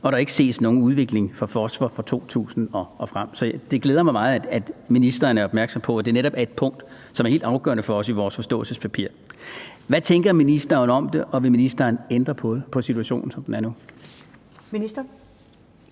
at der ikke ses nogen udvikling for fosfor fra 2000 og frem. Så det glæder mig meget, at ministeren er opmærksom på, at det netop er et punkt, som er helt afgørende for os i vores forståelsespapir. Hvad tænker ministeren om det, og vil ministeren ændre på situationen, som den er nu? Kl.